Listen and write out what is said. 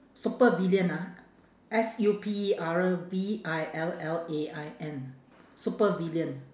supervillain ah S U P E R V I L L A I N supervillain